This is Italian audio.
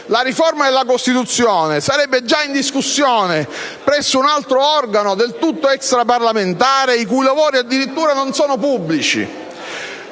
la riforma della Costituzione sarebbe già in discussione presso un altro organo, del tutto extraparlamentare, i cui lavori addirittura non sono pubblici.